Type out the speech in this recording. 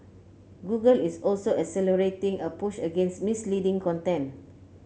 Google is also accelerating a push against misleading content